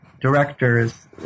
directors